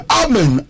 amen